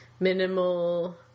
minimal